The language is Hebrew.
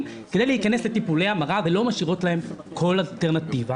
להיכנס לטיפולי המרה ולא משאירות להם כל אלטרנטיבה.